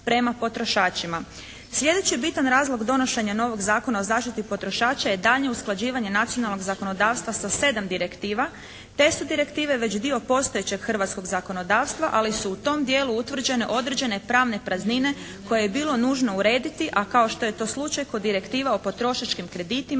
prema potrošačima. Slijedeći bitan razlog donošenja novog Zakona o zaštiti potrošača je daljnje usklađivanja nacionalnog zakonodavstva sa 7 direktiva. Te su direktive već dio postojećeg hrvatskog zakonodavstva, ali su u tom dijelu utvrđene određene pravne praznine koje je bilo nužno urediti a kao što je to slučaj kod direktiva o potrošačkim kreditima,